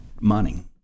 money